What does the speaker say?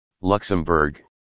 Luxembourg